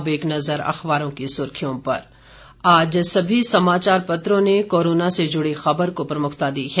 अब एक नज़र अखबारों की सुर्खियों पर आज सभी समाचार पत्रों ने कोरोना से जुड़ी खबर को प्रमुखता दी है